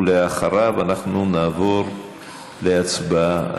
ואחריו אנחנו נעבור להצבעה